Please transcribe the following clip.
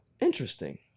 Interesting